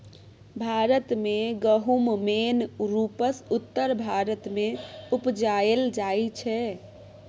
भारत मे गहुम मेन रुपसँ उत्तर भारत मे उपजाएल जाइ छै